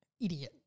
idiot